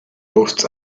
hosts